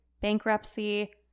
bankruptcy